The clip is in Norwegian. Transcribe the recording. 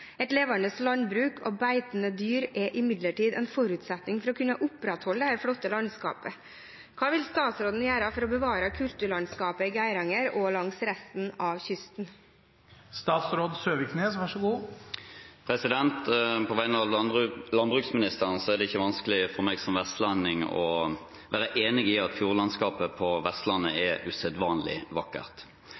Et levende landbruk og beitende dyr er imidlertid en forutsetning for å kunne opprettholde dette flotte landskapet. Hva vil statsråden gjøre for å bevare kulturlandskapet i Geiranger og langs resten av kysten?» På vegne av landbruksministeren er det ikke vanskelig for meg som vestlending å være enig i at fjordlandskapet på Vestlandet er usedvanlig vakkert.